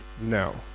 now